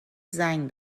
زنگ